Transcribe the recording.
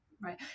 Right